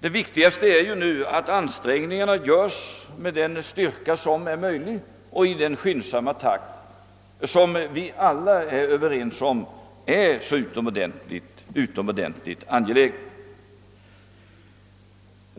Det viktigaste är nu att ansträngningarna görs med den styrka som är möjlig och i den skyndsamma takt som vi alla finner så utomordentligt angelägen.